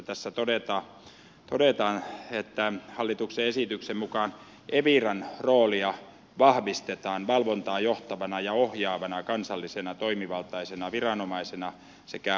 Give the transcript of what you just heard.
tässä todetaan että hallituksen esityksen mukaan eviran roolia vahvistetaan valvontaa johtavana ja ohjaavana kansallisena toimivaltaisena viranomaisena sekä asiantuntijana